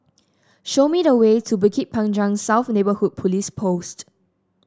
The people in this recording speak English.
show me the way to Bukit Panjang South Neighbourhood Police Post